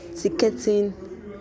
ticketing